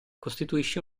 costituisce